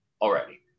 already